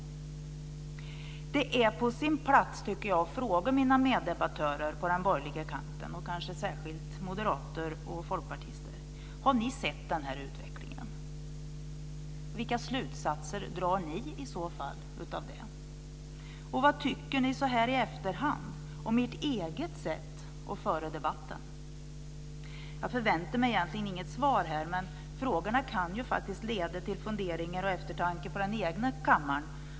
Det är på sin plats att fråga mina meddebattörer på den borgerliga kanten, kanske särskilt moderater och folkpartister: Har ni sett den här utvecklingen? Vilka slutsatser drar ni i så fall av den? Vad tycker ni så här i efterhand om ert eget sätt att föra debatten? Jag förväntar mig egentligen inga svar här, men frågorna kan ju leda till eftertanke på den egna kammaren.